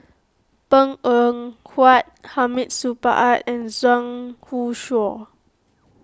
Png Eng Huat Hamid Supaat and Zhang Youshuo